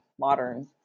modern